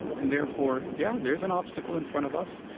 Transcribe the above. and therefore, yeah, there's an obstacle in front of us.